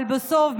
אבל בסוף,